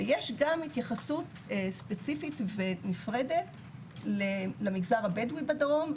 ויש גם התייחסות ספציפית ונפרדת למגזר הבדואי בדרום,